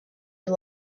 you